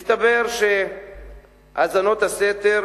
מסתבר שהאזנות הסתר